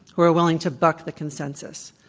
who are willing to buck the consensus.